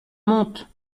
monte